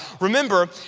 Remember